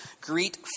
Greet